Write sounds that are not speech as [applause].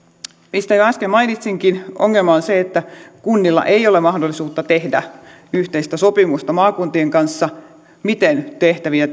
mistä jo äsken mainitsinkin ongelma on se että kunnilla ei ole mahdollisuutta tehdä yhteistä sopimusta maakuntien kanssa miten tehtäviä [unintelligible]